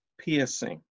piercing